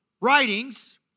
writings